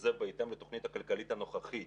זה בהתאם לתוכנית הכלכלית הנוכחית.